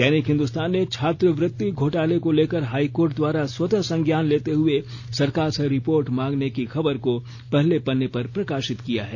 दैनिक हिंदुस्तान ने छात्रवृत्ति घोटाले को लेकर हाईकोर्ट द्वारा स्वतः संज्ञान लेते हुए सरकार से रिपोर्ट मांगने की खबर को पहले पन्ने पर प्रकाशित किया है